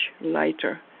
lighter